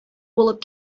булып